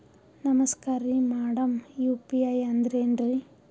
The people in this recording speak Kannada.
ನಮಸ್ಕಾರ್ರಿ ಮಾಡಮ್ ಯು.ಪಿ.ಐ ಅಂದ್ರೆನ್ರಿ?